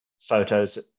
photos